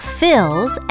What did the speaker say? fills